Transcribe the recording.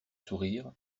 sourire